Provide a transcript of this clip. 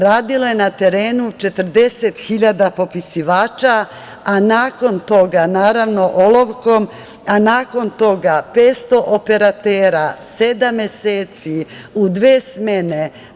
Radilo je na terenu 40.000 popisivača, naravno olovkom, a nakon toga 500 operatera, sedam meseci u dve smene.